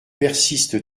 persiste